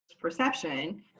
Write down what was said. perception